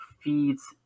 feeds